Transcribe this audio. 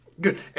Good